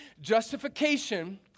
Justification